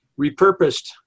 repurposed